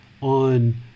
on